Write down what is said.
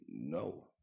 no